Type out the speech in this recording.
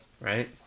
right